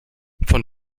von